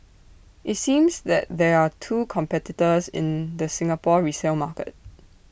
IT seems that there are two competitors in the Singapore resale market